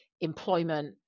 employment